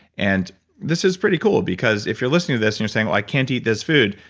and this is pretty cool because if you're listening to this, and you're saying, well, i can't eat this food.